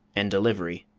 and delivery.